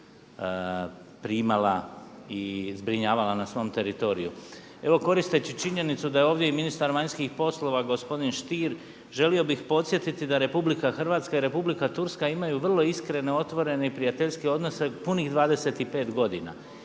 primala i zbrinjavala na svom teritoriju. Evo koristeći činjenicu da je ovdje i ministar vanjskih poslova gospodin Stier želio bih podsjetiti da RH i Republika Turska imaju vrlo iskrene, otvorene i prijateljske odnose punih 25 godina.